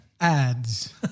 Ads